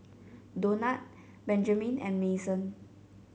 Donat Benjamin and Mason